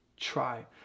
try